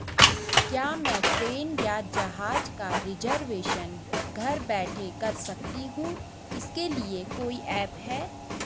क्या मैं ट्रेन या जहाज़ का रिजर्वेशन घर बैठे कर सकती हूँ इसके लिए कोई ऐप है?